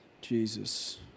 Jesus